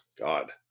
God